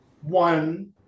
one